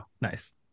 Nice